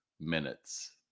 minutes